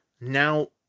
Now